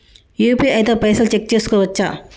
UPI తో పైసల్ check చేసుకోవచ్చా?